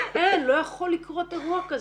אין, לא יכול לקרות אירוע כזה.